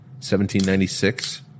1796